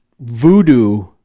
voodoo